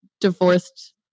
divorced